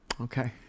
Okay